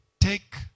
Take